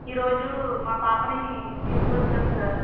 ఈ రోజు మా పాపని తీసుకొచ్చాం సార్